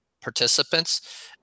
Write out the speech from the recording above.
participants